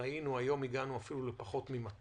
ראינו שהגענו אפילו לפחות מ-200.